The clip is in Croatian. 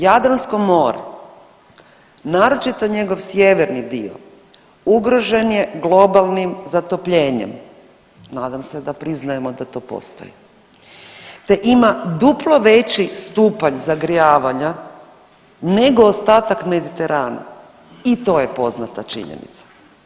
Jadransko more, naročito njegov sjeverni dio ugrožen je globalnim zatopljenjem, nadam se da priznajemo da to postoji te ima duplo veći stupanj zagrijavanja nego ostatak Mediterana i to je poznata činjenica.